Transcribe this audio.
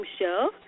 show